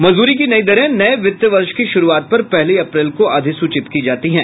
मजदूरी की नई दरें नए वित्त वर्ष की शुरूआत पर पहली अप्रैल को अधिसूचित की जाती हैं